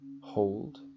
hold